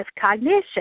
cognition